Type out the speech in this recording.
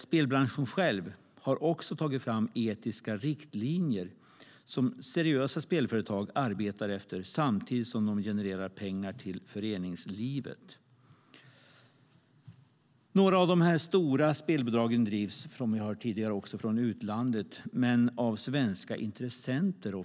Spelbranschen själv har också tagit fram etiska riktlinjer som seriösa spelföretag arbetar efter samtidigt som det genererar pengar till föreningslivet. Några av de stora spelbolagen drivs från utlandet, men av svenska intressenter.